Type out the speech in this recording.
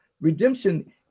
Redemption